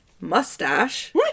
mustache